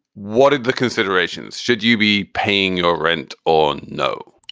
what did the considerations? should you be paying your rent or no?